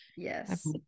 Yes